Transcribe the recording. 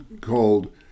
called